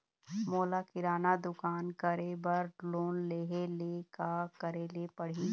मोला किराना दुकान करे बर लोन लेहेले का करेले पड़ही?